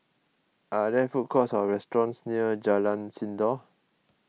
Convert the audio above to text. are there food courts or restaurants near Jalan Sindor